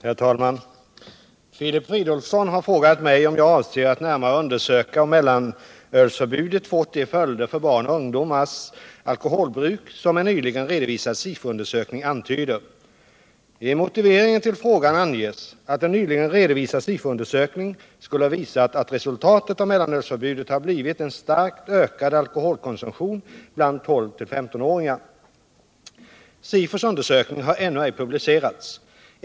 Herr talman! Filip Fridolfsson har frågat mig om jag avser att närmare undersöka om mellanölsförbudet fått de följder för barns och ungdomars alkoholbruk som en nyligen redovisad SIFO-undersökning antyder. I motiveringen till frågan anges att en nyligen redovisad SIFO-undersökning skulle ha visat att resultatet av mellanölsförbudet har blivit en starkt ökad alkoholkonsumtion bland 12-15-åringar. SIFO:s undersökning har ännu ej publicerats.